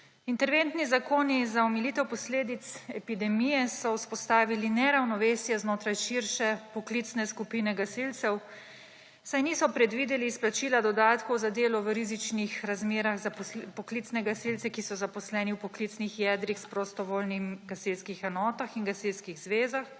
Interventni zakoni za omilitev posledic epidemije so vzpostavili neravnovesje znotraj širše poklicne skupine gasilcev, saj niso predvideli izplačila dodatkov za delo v rizičnih razmerah za poklicne gasilce, ki so zaposleni v poklicnih jedrih prostovoljnih gasilskih enotah in gasilskih zvezah,